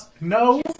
No